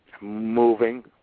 moving